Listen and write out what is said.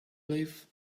live